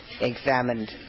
examined